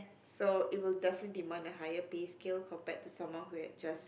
so it will definitely demand a higher pay skill compared to someone who had just